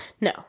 No